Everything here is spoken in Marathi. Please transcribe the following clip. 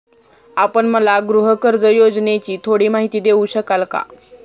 आपण मला गृहकर्ज योजनेची थोडी माहिती देऊ शकाल का?